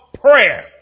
prayer